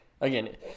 Again